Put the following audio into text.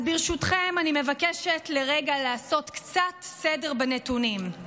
אז ברשותכם אני מבקשת לרגע לעשות קצת סדר בנתונים.